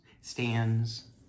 stands